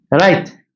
right